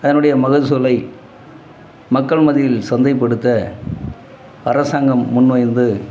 அதனுடைய மகசூலை மக்கள் மத்தியில் சந்தைப்படுத்த அரசாங்கம் முன் வந்து